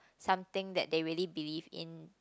something that they really believe in